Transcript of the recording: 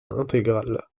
intégrales